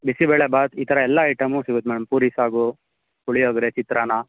ಬಿಸಿಬೇಳೆಭಾತ್ ಈ ಥರ ಎಲ್ಲ ಐಟಮ್ಮೂ ಸಿಗತ್ತೆ ಮೇಡಮ್ ಪೂರಿ ಸಾಗು ಪುಳಿಯೋಗರೆ ಚಿತ್ರಾನ್ನ